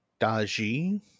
Daji